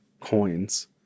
coins